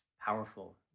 powerful